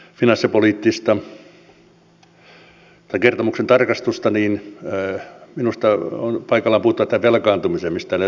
kun käsittelemme finanssipoliittisen tarkastuksen kertomusta niin minusta on paikallaan puuttua tähän velkaantumiseen mistä täällä eduskunnassa paljon keskustellaan